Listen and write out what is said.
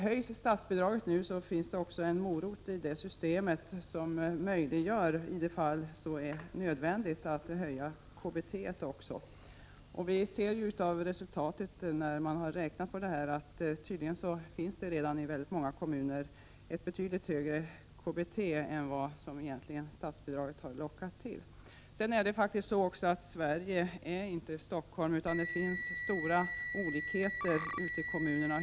Höjs nu statsbidraget, finns det också en morot i det systemet, som möjliggör en höjning av KBT i de fall där så är nödvändigt. Vi ser av resultatet när man har räknat på detta att det i många kommuner tydligen redan finns betydligt högre KBT än vad statsbidraget kan ha lockat till. Sedan är det faktiskt så att Sverige inte är Stockholm. Det finns stora olikheter ute i kommunerna.